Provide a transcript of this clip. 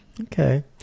Okay